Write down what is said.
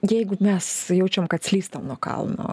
jeigu mes jaučiam kad slysta nuo kalno